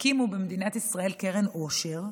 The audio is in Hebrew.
הקימו במדינת ישראל קרן עושר,